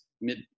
mid